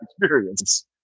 experience